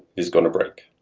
is going to break.